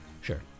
Sure